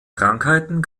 krankheiten